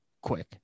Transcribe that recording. quick